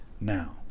now